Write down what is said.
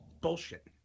Bullshit